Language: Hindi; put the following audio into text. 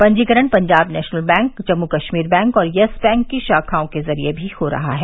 पंजीकरण Punjab National Bank Jammu Kashmir Bank और यस बैंक की शाखाओं के जरिये भी हो रहा है